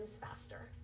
faster